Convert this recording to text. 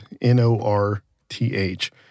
N-O-R-T-H